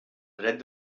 dret